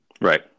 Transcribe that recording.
Right